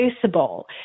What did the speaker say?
traceable